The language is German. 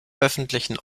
öffentlichen